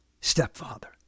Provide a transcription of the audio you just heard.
stepfather